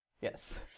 Yes